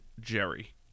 Jerry